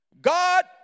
God